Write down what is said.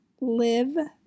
Live